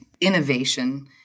innovation